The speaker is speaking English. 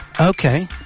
Okay